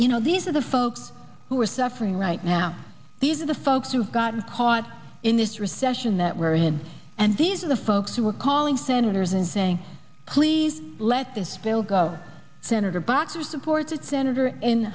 you know these are the folks who are suffering right now these are the folks who have gotten caught in this recession that we're in and these are the folks who are calling senators and saying please let this bill go senator boxer supported senator